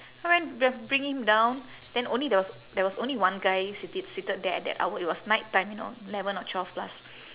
so when b~ bring me down then only there was there was only one guy seated seated there at that hour it was night time you know eleven or twelve plus